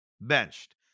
benched